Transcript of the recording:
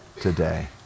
today